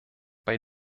bei